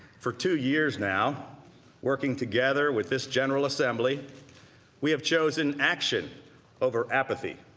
for two years now working together with this general assembly we have chosen action over apathy.